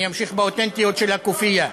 אני אמשיך באותנטיות של ה"כופיה".